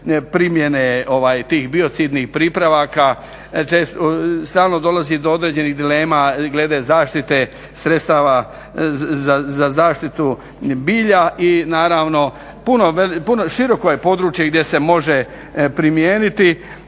primjene tih biocidnih pripravaka stalno dolazi do određenih dilema glede zaštite sredstava za zaštitu bilja. I naravno široko je područje gdje se može primijeniti